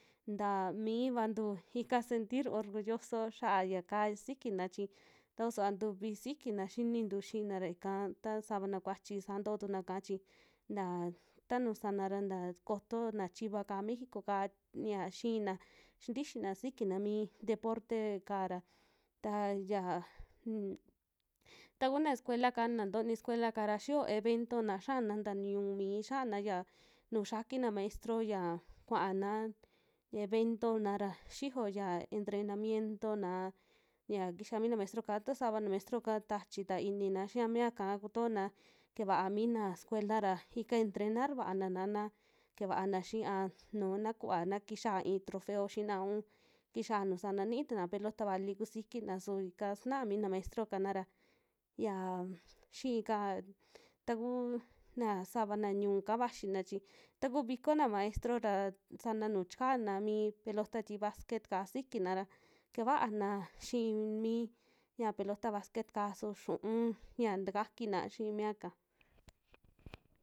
Nta mivantu ika sentir orgulloso xiaya kaa sisikina chi taku suva ntuvi sisikina xinintu xina ra ika ta savana kuachi saa to'o tunaka chi, na tanu sana ra nta koto na chiva'ka, méxico'ka xia xiina xintixina sikina mii deporte'ka ra ta yaa un takuna sukuela'ka, na ntoni sukela'ka ra xiyo eventona xiana nta ñu'u mii xiana ya nuj xiakina maestro xia kuaana eventona ra xiyo ya entrenamiento'na xia kixa mina maestro'ka ta sava na maestro'ka tachi ta inina xia mia'ka kutona keeva mina sukuela ra ika entrenar vaana na kevaana xiiaa nu na kuva, na kixia i'i trofeo xiina un, kxia nuu sana niituna pelota vali kusikina su ika suna mina maestro'kana ra yia xii ka takuu na savana ñ'uka vaxina chi taku vikona maestro ra sana nuu chikana mi pelota ti basquet'ka sikina ra kevaana xiin mii ya pelota basquet'ka su xiu'un ya takakina xii miaka.